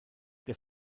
der